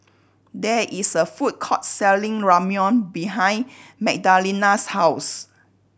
there is a food court selling Ramyeon behind Magdalena's house